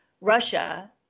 Russia